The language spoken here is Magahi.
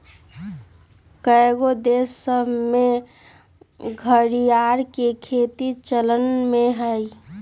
कएगो देश सभ में घरिआर के खेती चलन में हइ